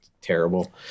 Terrible